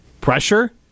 Pressure